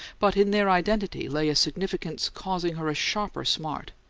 but in their identity lay a significance causing her a sharper smart,